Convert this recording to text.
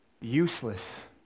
useless